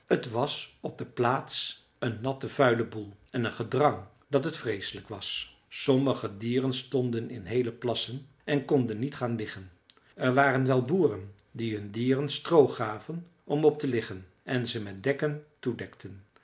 t was op de plaats een natte vuile boel en een gedrang dat het verschrikkelijk was sommige dieren stonden in heele plassen en konden niet gaan liggen er waren wel boeren die hun dieren stroo gaven om op te liggen en ze met dekken